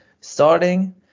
starting